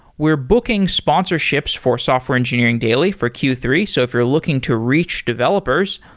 we're booking sponsorships for software engineering daily for q three. so if you're looking to reach developers,